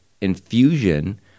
infusion